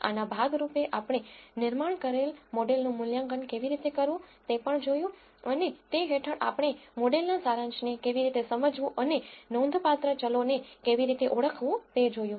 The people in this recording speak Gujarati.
આના ભાગ રૂપે આપણે નિર્માણ કરેલ મોડેલનું મૂલ્યાંકન કેવી રીતે કરવું તે પણ જોયું અને તે હેઠળ આપણે મોડેલના સારાંશને કેવી રીતે સમજવું અને નોંધપાત્ર ચલોને કેવી રીતે ઓળખવું તે જોયું